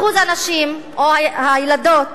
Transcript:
אחוז הנשים, או הילדות,